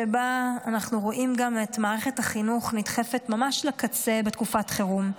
שבה אנחנו רואים גם את מערכת החינוך נדחפת ממש לקצה בתקופת חירום,